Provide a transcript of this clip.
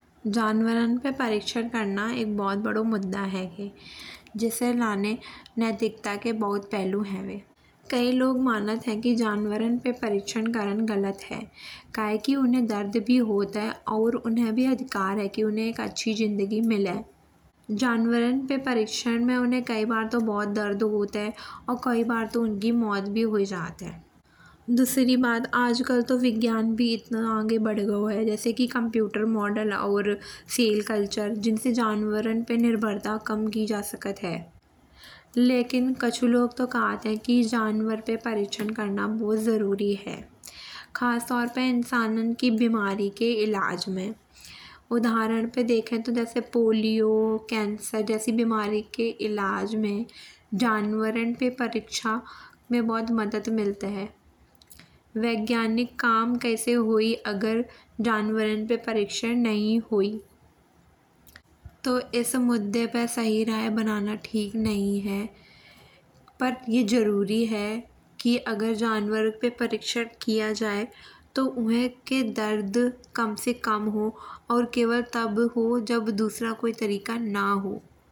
जानवरन पे परिक्षण करना एक बहुत बड़ो मुद्दा हैंगे। जिसे लाने नैतिकता के बहुत पहलू हैंवे। कई लोग मानत हैं कि जानवरन पे परिक्षण करवो गलत है। कायकि उने दर्द भी होत हैं और उने भी अधिकार हैं कि उने भी एक अच्छी जिंदगी मिले। जानवरन पे परिक्षण पे उने कई बार तो दर्द होत हैं और कई बार तो उनकी मौत भी हो जात है। दुसरी बात आजकल तो विज्ञान भी एतनो आगे बढ़ गओ हैं जैसे कि कॉम्प्यूटर, मॉडल और सेल कल्चर। जिनसे जानवरन पे निर्भरता कम की जा सकत है। लेकिन कच्छु लोग तो कहत हैं कि जानवरन पे परिक्षण करना बहुत जरुरी है। खास तौर पे इंसानन की बीमारी के इलाज में। उदाहरण पे देखे तो जैसे पोलियो, कैंसर जैसी बीमारी के इलाज में जानवरन पे में बहुत मदद मिलत है। वैज्ञानिक काम कैसे हुई अगर जानवरन पे परिक्षण नहीं हुई। तो इस मुद्दे पे सही राय बनाना ठीक नहीं है। पर ये जरुरी है कि अगर जानवर पे परिक्षण किया जाए। तो के दर्द कम से कम हो। और केवल तब हो जब दुसरा कोई तरीका न हो।